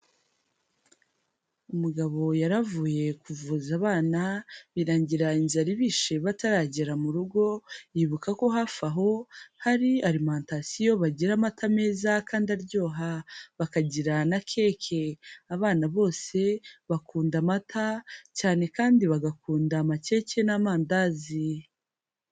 Umugabo yaravuye kuvuza abana birangira inzara ibishe bataragera mu rugo, yibuka ko hafi aho hari arimantasiyo bagira amata meza kandi aryoha, bakagira na keke, abana bose bakunda amata cyane kandi bagakunda amakeke n'amandazi.